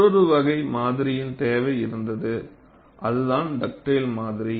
மற்றொரு வகை மாதிரியின் தேவை இருந்தது அதுதான் டக்டேல் மாதிரி